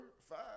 five